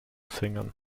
singen